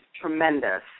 tremendous